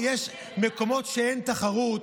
יש מקומות שבהם אין תחרות.